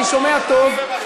אני שומע טוב.